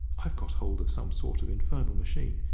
i've got hold of some sort of infernal machine,